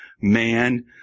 man